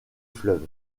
fleuve